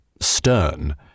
stern